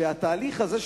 שהתהליך הזה,